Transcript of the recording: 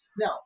Now